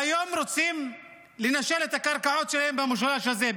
והיום רוצים לנשל אותם מהקרקעות שלהם במשולש הזה,